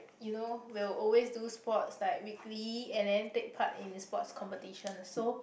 you know will always do sports like weekly and then take part in sports competitions so